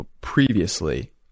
previously